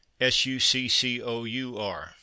S-U-C-C-O-U-R